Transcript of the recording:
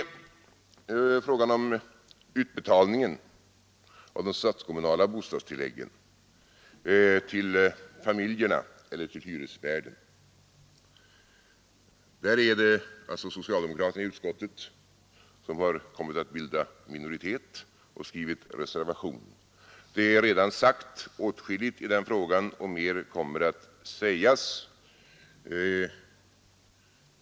I frågan om utbetalningen av de statskommunala bostadstilläggen till familjerna eller till hyresvärden har socialdemokraterna i utskottet kommit att bilda minoritet, och de har avgivit reservation. Åtskilligt är redan sagt i denna fråga, och mer kommer att sägas.